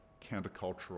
countercultural